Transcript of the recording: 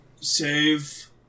Save